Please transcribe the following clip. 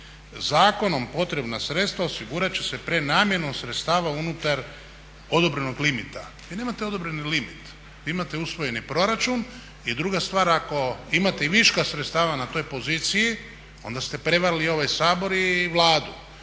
zakonom potrebna sredstva osigurat će se prenamjenom sredstava unutar odobrenog limita. Vi nemate odobreni limit, vi imate usvojeni proračun i druga stvar ako imate i viška sredstava na toj poziciji onda ste prevarili ovaj Sabor i Vladu.